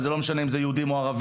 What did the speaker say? וזה לא משנה אם הם יהודים או ערבים.